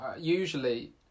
usually